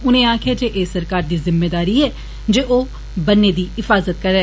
उनें आक्खेआ जे एह् सरकार दी जिम्मेदारी ऐ जे ओ बन्नै दी हिफाजत करै